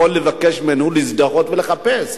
יכול לבקש ממנו להזדהות ולחפש.